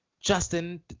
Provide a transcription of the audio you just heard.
Justin